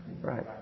Right